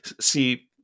See